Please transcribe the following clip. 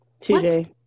TJ